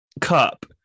cup